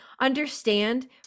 understand